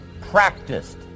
practiced